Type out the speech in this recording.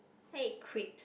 hey creep